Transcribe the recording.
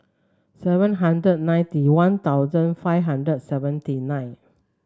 seven hundred ninety One Thousand five hundred seventy nine